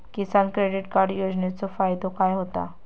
किसान credit card योजनेचो फायदो काय होता?